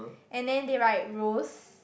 and then they write rose